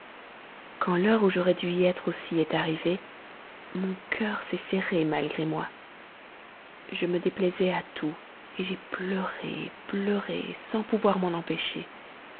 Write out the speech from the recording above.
quand l'heure où j'aurais dû y être aussi est arrivée mon cœur s'est serré malgré moi je me déplaisais à tout j'ai pleuré pleuré sans pouvoir m'en empêcher